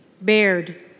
Baird